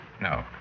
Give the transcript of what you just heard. No